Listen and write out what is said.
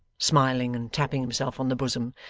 smiling, and tapping himself on the bosom,